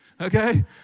okay